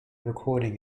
recording